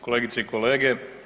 Kolegice i kolege.